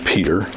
Peter